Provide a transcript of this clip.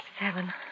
Seven